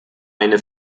eine